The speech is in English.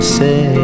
say